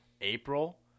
April